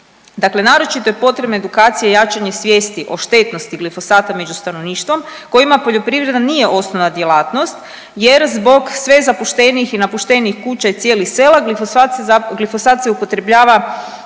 Dakle naročito je potrebno edukacije i jačanje svijesti o štetnosti glifosata među stanovništvom kojima poljoprivreda nije osnovna djelatnost jer zbog sve zapuštenijih i napuštenih kuća i cijelih sela, glifosat se upotrebljava